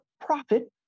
profit